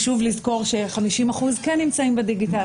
חשוב לזכור ש-50% כן נמצאים בדיגיטל.